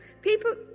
People